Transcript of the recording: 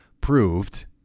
proved